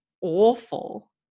awful